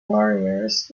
warriors